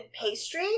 pastry